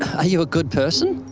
ah you a good person?